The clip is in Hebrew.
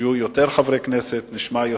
מצפים שיהיו יותר חברי כנסת ונשמע יותר,